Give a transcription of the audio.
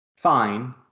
fine